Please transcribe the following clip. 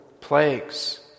plagues